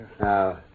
Now